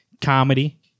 comedy